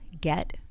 get